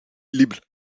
libres